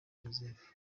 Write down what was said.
joseph